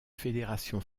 fédération